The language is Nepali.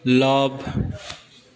लभ